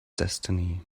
destiny